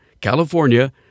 California